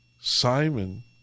Simon